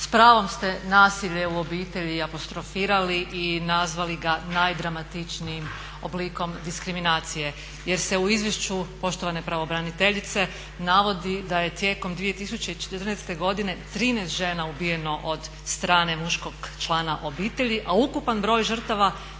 s pravom ste nasilje u obitelji apostrofirali i nazvali ga najdramatičnijim oblikom diskriminacije, jer se u izvješću poštovane pravobraniteljice navodi da je tijekom 2014. godine 13 žena ubijeno od strane muškog člana obitelji, a ukupan broj žrtava